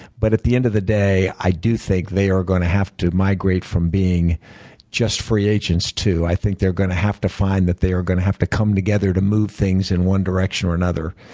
but at the end of the day, i do think they are going to have to migrate from being just free agents to i think they're going to have to find that they are going to have to come together to move things in one direction or another,